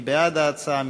מי בעד ההצעה?